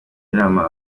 inama